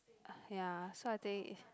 ya so I think is